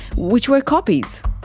which were copies.